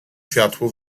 światło